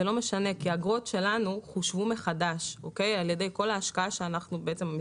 זה לא משנה כי האגרות שלנו חושבו מחדש על ידי כל ההשקעה שהמשרד